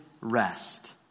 rest